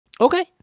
Okay